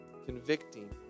convicting